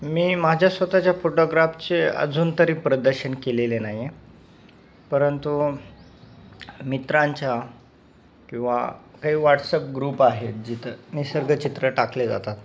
मी माझ्या स्वतःच्या फोटोग्राफचे अजून तरी प्रदर्शन केलेले नाही आहे परंतु मित्रांच्या किंवा काही व्हॉट्सअप ग्रुप आहेत जिथं निसर्गचित्र टाकले जातात